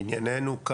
לענייננו,